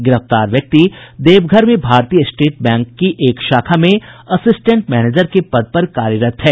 गिरफ्तार व्यक्ति देवघर में भारतीय स्टेट बैंक की एक शाखा में असिस्टेंट मैनेजर के पद पर कार्यरत है